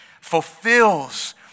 fulfills